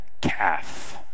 calf